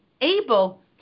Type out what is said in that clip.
able